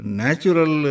natural